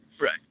right